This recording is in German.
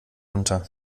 unter